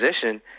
position